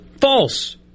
False